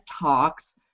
talks